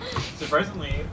Surprisingly